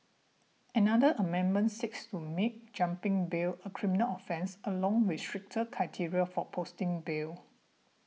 another amendment seeks to make jumping bail a criminal offence along with stricter criteria for posting bail